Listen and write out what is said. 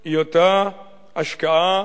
הוא אותה השקעה,